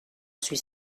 suis